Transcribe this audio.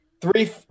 three